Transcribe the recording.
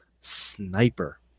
Sniper